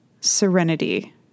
serenity